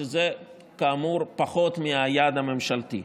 שזה כאמור פחות מהיעד הממשלתי.